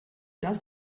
das